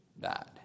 died